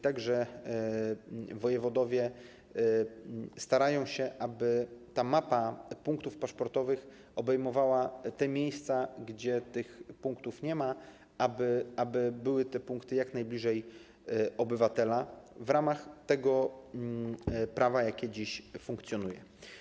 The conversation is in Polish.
Także wojewodowie starają się, aby mapa punktów paszportowych obejmowała miejsca, gdzie tych punktów nie ma, aby były one jak najbliżej obywatela, w ramach tego prawa, jakie dziś funkcjonuje.